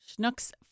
Schnook's